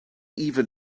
even